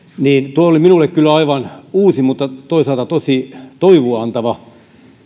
tuo oli minulle kyllä aivan uusi mutta toisaalta tosi toivoa antava